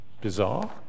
Bizarre